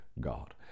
God